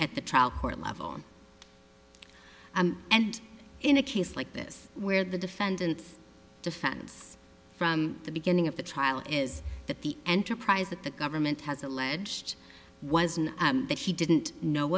at the trial court level and in a case like this where the defendant's defense from the beginning of the trial is that the enterprise that the government has alleged wasn't that he didn't know